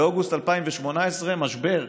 באוגוסט 2018, משבר.